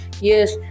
Yes